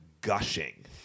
gushing